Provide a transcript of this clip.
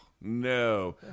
No